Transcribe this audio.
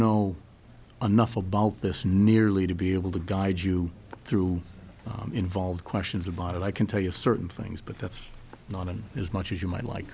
know enough about this nearly to be able to guide you through involved questions about it i can tell you a certain things but that's not in as much as you might like